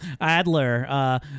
Adler